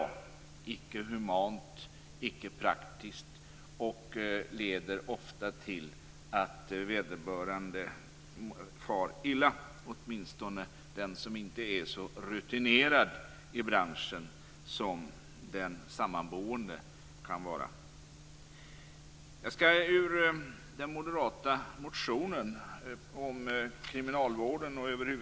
Det är icke humant, icke praktiskt och leder ofta till att någon far illa, åtminstone den som inte är så rutinerad i branschen som den sammanboende kan vara.